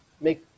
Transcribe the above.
make